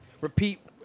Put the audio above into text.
repeat